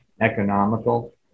economical